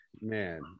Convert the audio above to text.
man